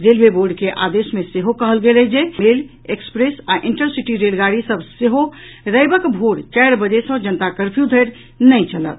railway board के आदेश मे सेहो कहल गेल अछि जे मेल एक्सप्रेस आ इंटरसिटी रेलगाड़ी सभ सेहो रविक भोर चारि बजे सँ जनता कर्फयू धरि नहि चलत